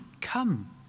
come